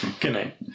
Goodnight